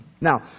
Now